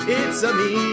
it's-a-me